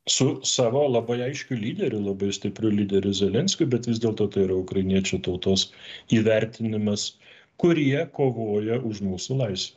su savo labai aiškiu lyderiu labai stipriu lyderiu zelenskiu bet vis dėlto tai yra ukrainiečių tautos įvertinimas kurie kovoja už mūsų laisvę